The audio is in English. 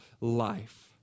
life